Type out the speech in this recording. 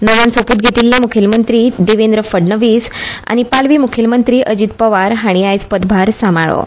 नव्यान सोपूत घेतिऴ्ले मुखेलमंत्री देवेंद्र फडणवीस आनी पालवी मुखेलमंत्री अजीत पवार हांणी आयज पदभार सांबाळ्ळो